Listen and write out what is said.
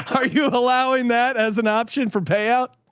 are you allowing that as an option for payout?